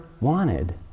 wanted